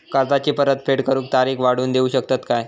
कर्जाची परत फेड करूक तारीख वाढवून देऊ शकतत काय?